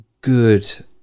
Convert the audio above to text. good